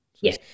Yes